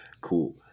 cool